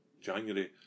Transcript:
January